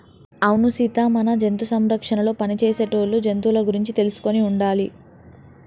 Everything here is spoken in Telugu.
అవును సీత మన జంతు సంరక్షణలో పని చేసేటోళ్ళు జంతువుల గురించి తెలుసుకొని ఉండాలి